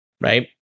Right